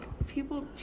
people